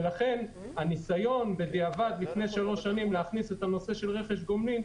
לכן הניסיון בדיעבד לפני שלוש שנים להכניס רכש גומלין,